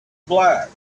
black